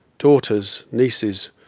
daughters, nieces,